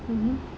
mmhmm